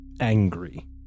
angry